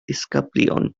disgyblion